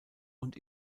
und